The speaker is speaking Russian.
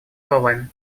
словами